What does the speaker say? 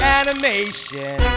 animation